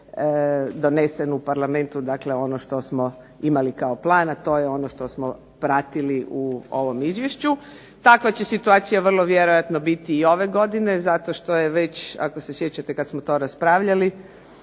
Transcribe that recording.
donesen u parlamentu, dakle ono što smo imali kao plan,a to je ono što smo pratili u ovom Izvješću. Takva će situacija vrlo vjerojatno biti i ove godine, zato što je već ako se sjećate kada smo to raspravljali,